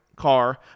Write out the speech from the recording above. car